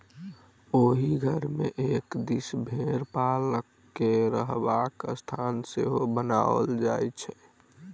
ओहि घर मे एक दिस भेंड़ पालक के रहबाक स्थान सेहो बनाओल जाइत छै